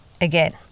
Again